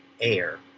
air